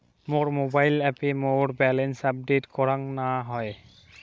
মোর mobile অ্যাপে মোর balance update করাং না হই